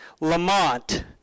Lamont